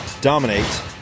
dominate